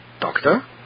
doctor